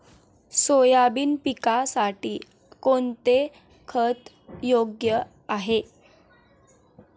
Soybean पिकासाठी कोणते खत योग्य आहे?